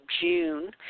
June